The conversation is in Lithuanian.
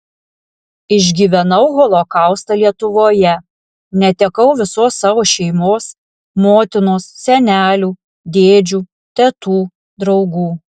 išgyvenau holokaustą lietuvoje netekau visos savo šeimos motinos senelių dėdžių tetų draugų